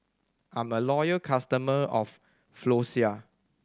I'm a loyal customer of Floxia